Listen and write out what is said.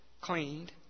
cleaned